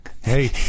Hey